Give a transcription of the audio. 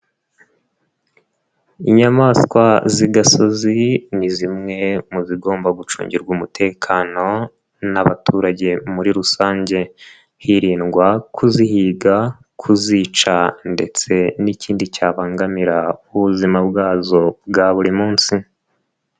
Inyamaswa z'igasozi ni zimwe mu zigomba gucungirwa umutekano n'abaturage muri rusange hirindwa kuzihiga, kuzica ndetse n'ikindi cyabangamira ubuzima bwazo bwa buri munsi.